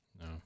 No